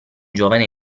giovane